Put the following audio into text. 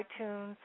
iTunes